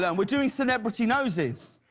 ah um we're doing celebrity noses.